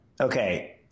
Okay